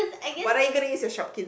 what are you going to use your Shopkins